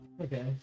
Okay